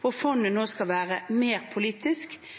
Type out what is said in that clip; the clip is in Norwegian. hvor fondet nå skal være mer politisk, til tross for at et enstemmig storting så sent som i mai besluttet at SPU ikke skal være et politisk